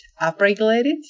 upregulated